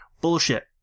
Bullshit